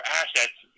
assets